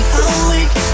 awake